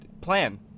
plan